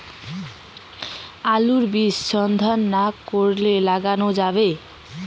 আলুর বীজ শোধন না করে কি লাগানো যাবে?